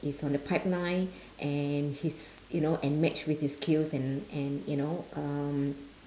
is on the pipeline and his you know and match with his skills and and you know um